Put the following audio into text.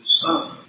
Son